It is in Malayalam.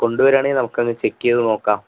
കൊണ്ടുവരികയാണെങ്കില് നമുക്കത് ചെക്കെയ്തു നോക്കാം